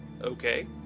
okay